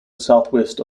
southwest